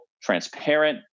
transparent